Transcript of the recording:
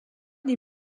les